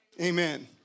Amen